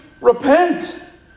repent